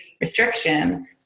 restriction